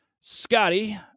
Scotty